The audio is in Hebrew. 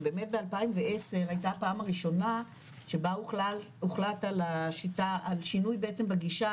שבאמת ב- 2010 הייתה הפעם הראשונה שבה הוחלט על שינוי בעצם בגישה